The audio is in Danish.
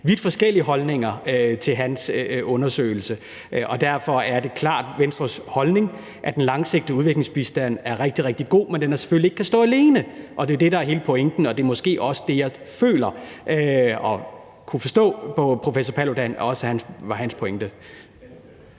vidt forskellige holdninger til hans undersøgelse. Og derfor er det klart Venstres holdning, at den langsigtede udviklingsbistand er rigtig, rigtig god, men at den selvfølgelig ikke kan stå alene, og det er det, der er hele pointen, og det er måske også det, som jeg føler og kunne forstå på professor Paldam også var hans pointe.